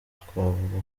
twavuga